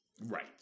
Right